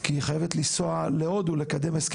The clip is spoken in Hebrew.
כי היא חייבת ליסוע להודו כדי לקדם הסכם